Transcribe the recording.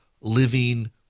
living